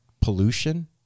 pollution